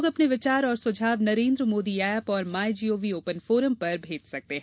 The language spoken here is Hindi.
लोग अपने विचार और सुझाव नरेन्द्र मोदी एप और माय जीओवी ओपन फोरम पर भेज सकते हैं